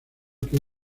que